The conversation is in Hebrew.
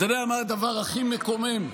אתה יודע מה הדבר הכי מקומם?